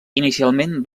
inicialment